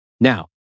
Now